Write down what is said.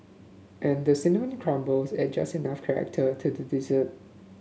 and the cinnamon crumble add just enough character to the dessert